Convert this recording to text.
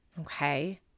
Okay